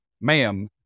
Ma'am